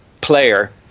player